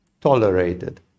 tolerated